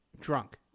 drunk